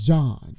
John